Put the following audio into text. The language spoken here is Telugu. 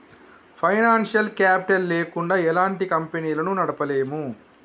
ఫైనాన్సియల్ కేపిటల్ లేకుండా ఎలాంటి కంపెనీలను నడపలేము